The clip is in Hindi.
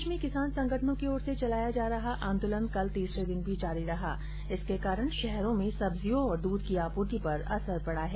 प्रदेश में किसान संगठनों की ओर से चलाया जा रहा आंदोलन कल तीसरे दिन भी जारी रहा जिसके कारण शहरों में सब्जियों और दूध की आपूर्ति पर असर पडा है